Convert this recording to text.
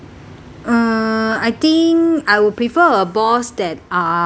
uh I think I would prefer a boss that are